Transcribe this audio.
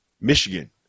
Michigan